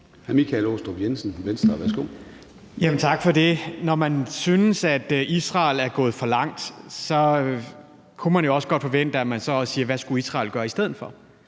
Michael Aastrup Jensen (V): Tak for det. Når man synes, at Israel er gået for langt, kunne jeg jo også godt forvente, at man så også siger, hvad Israel skulle gøre i stedet for.